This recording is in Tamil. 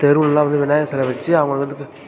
தெருவுலெலாம் வந்து விநாயகர் சிலை வச்சி அவங்க வந்து